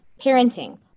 parenting